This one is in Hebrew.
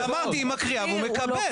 אז אמרתי, היא מקריאה והוא מקבל.